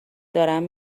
دارم